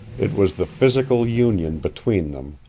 it was the physical union between them,